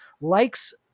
Likes